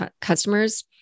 customers